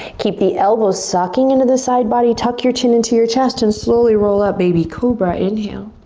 keep the elbows sucking into the side body tuck your chin into your chest and slowly roll up baby cobra, inhale.